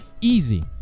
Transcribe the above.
easy